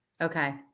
Okay